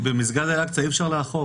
כי במסגד אל אקצה אי אפשר לאכוף.